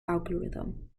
algorithm